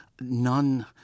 none